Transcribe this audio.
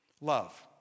love